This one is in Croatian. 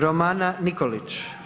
Romana Nikolić.